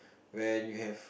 when you have